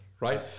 right